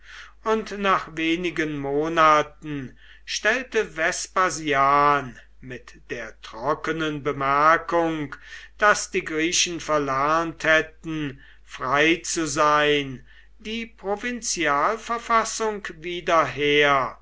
und nach wenigen monaten stellte vespasian mit der trockenen bemerkung daß die griechen verlernt hätten frei zu sein die provinzialverfassung wieder her